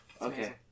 okay